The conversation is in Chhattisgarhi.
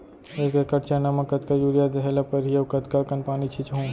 एक एकड़ चना म कतका यूरिया देहे ल परहि अऊ कतका कन पानी छींचहुं?